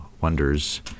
wonders